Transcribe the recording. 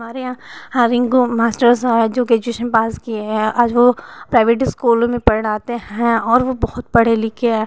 हमारे यहाँ हाँ रिंगों मास्टर साहब हैं जो ग्रेजुएशन पास किए हैं आज वो प्राइवेट इस्कूलों में पढ़ाते हैं और वो बहुत पढ़े लिखे हैं